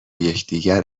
یکدیگر